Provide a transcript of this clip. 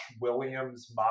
Williams